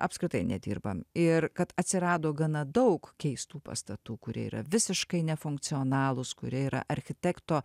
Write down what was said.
apskritai nedirbam ir kad atsirado gana daug keistų pastatų kurie yra visiškai nefunkcionalūs kurie yra architekto